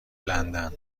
لندن